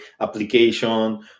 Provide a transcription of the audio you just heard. application